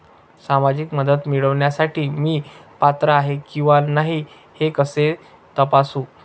सामाजिक मदत मिळविण्यासाठी मी पात्र आहे किंवा नाही हे कसे तपासू?